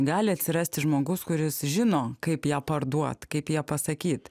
gali atsirasti žmogus kuris žino kaip ją parduot kaip ją pasakyt